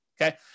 okay